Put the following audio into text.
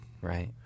right